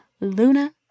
Luna